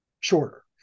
Shorter